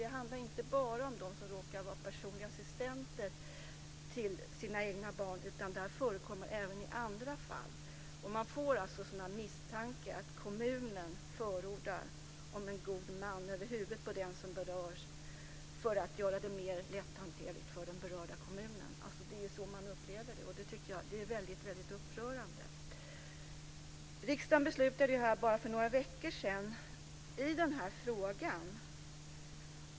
Det handlar inte bara om dem som råkar vara personliga assistenter till sina egna barn utan det här förekommer även i andra fall. Man får sina misstankar om att kommunen förordar om en god man över huvud på den som berörs för att göra det mer lätthanterligt för den berörda kommunen. Det är så man upplever det. Jag tycker att det är väldigt upprörande. Riksdagen beslutade för bara några veckor sedan i den här frågan.